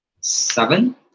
Seven